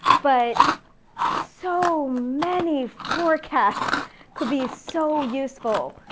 but so many forecasts could be so useful.